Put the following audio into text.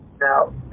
Now